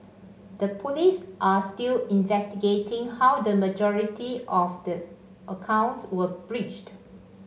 the Police are still investigating how the majority of the account were breached